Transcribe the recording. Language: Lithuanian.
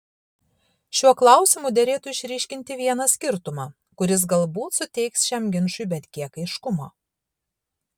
šiuo klausimu derėtų išryškinti vieną skirtumą kuris galbūt suteiks šiam ginčui bent kiek aiškumo